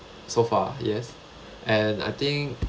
so far yes and I think